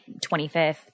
25th